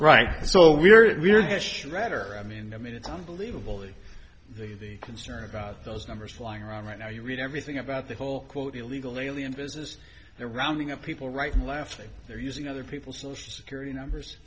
it's unbelievable the concern about those numbers flying around right now you read everything about the whole quote illegal alien business they're rounding up people writing laughing they're using other people's social security numbers